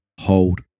hold